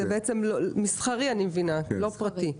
מסחרי אני מבינה, לא פרטי.